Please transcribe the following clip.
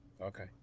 Okay